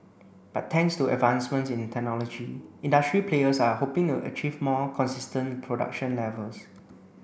but thanks to advancements in technology industry players are hoping to achieve more consistent production levels